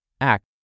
Act